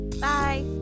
bye